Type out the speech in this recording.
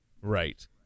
Right